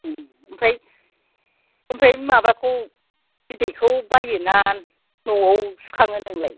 ओमफ्राय ओमफ्राय माबाखौ बिदैखौ बायोना न'आव सुखाङो नोंलाय